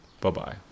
Bye-bye